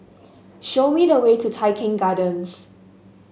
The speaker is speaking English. show me the way to Tai Keng Gardens